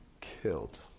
killed